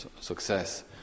success